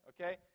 okay